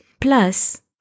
plus